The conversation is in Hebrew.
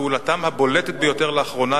פעולתם הבולטת ביותר לאחרונה,